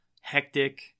hectic